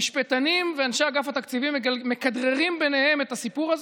שמשפטנים ואנשי אגף התקציבים מכדררים ביניהם את הסיפור הזה,